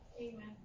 Amen